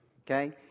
Okay